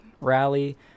rally